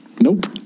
Nope